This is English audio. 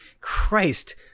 Christ